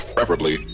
Preferably